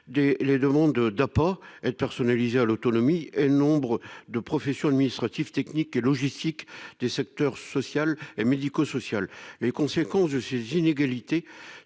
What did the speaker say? les demandes d'allocation personnalisée d'autonomie (APA) -et nombre de professions administratives, techniques et logistiques du secteur social et médico-social. Les conséquences de ces inégalités